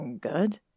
Good